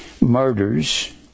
Murders